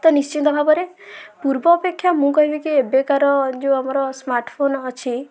ତ ନିଶ୍ଚିନ୍ତ ଭାବରେ ପୂର୍ବ ଅପେକ୍ଷା ମୁଁ କହିବି କି ଏବେକାର ଯୋଉ ଆମର ସ୍ମାର୍ଟଫୋନ୍ ଅଛି